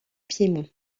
piémont